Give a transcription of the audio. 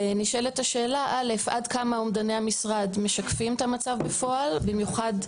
ונשאלות השאלות: (א) עד כמה אומדני המשרד משקפים את המצב בפועל במיוחד,